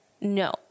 No